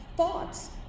thoughts